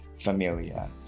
familia